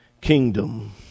kingdom